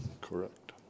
correct